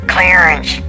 Clearance